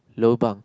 lobang